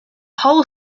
whole